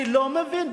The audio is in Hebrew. אני לא מבין,